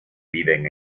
viven